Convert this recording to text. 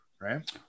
right